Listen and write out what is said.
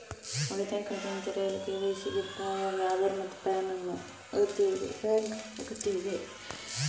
ಉಳಿತಾಯ ಖಾತೆಯನ್ನು ತೆರೆಯಲು ಕೆ.ವೈ.ಸಿ ಗೆ ಪುರಾವೆಯಾಗಿ ಆಧಾರ್ ಮತ್ತು ಪ್ಯಾನ್ ಕಾರ್ಡ್ ಅಗತ್ಯವಿದೆ